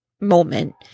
moment